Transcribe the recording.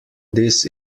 this